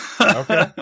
Okay